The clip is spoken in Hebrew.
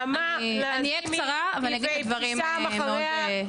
נעמה לזימי, ואבתיסאם אחריה.